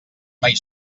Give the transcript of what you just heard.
mai